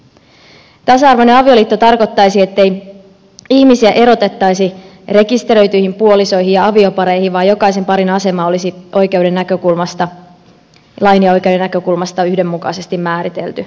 tasa arvoinen avioliitto tarkoittaisi ettei ihmisiä erotettaisi rekisteröityihin puolisoihin ja aviopareihin vaan jokaisen parin asema olisi lain ja oikeuden näkökulmasta yhdenmukaisesti määritelty